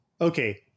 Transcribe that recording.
Okay